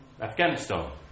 Afghanistan